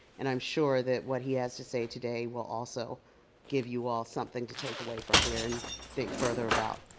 and i'm sure that what he has to say today will also give you all something to take away from here and think further about.